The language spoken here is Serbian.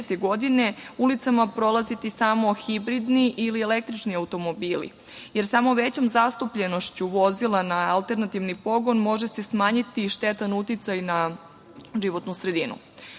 godine ulicama prolaze samo hibridni ili električni automobili, jer samo većom zastupljenošću vozila na alternativni pogon može se smanjiti štetan uticaj na životnu sredinu. Krajem